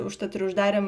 užtat ir uždarėm